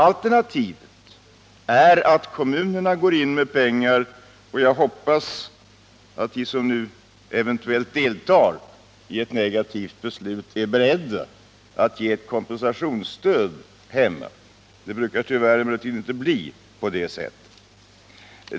Alternativet är att kommunerna går in med pengar, och jag hoppas att de som nu eventuellt deltar i ett negativt beslut är beredda att ge parkerna på sina hemorter ett kompensationsstöd. Tyvärr brukar det inte bli på det sättet.